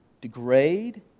degrade